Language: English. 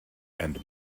and